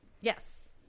Yes